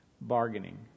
bargaining